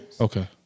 Okay